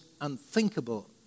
unthinkable